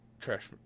trash